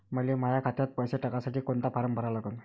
मले माह्या खात्यात पैसे टाकासाठी कोंता फारम भरा लागन?